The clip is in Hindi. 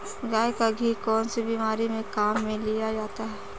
गाय का घी कौनसी बीमारी में काम में लिया जाता है?